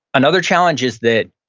another challenge is that,